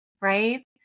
Right